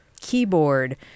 keyboard